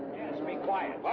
be quiet.